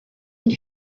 and